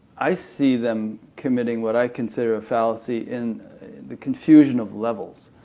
i see them committing what i consider a fallacy in the confusion of levels,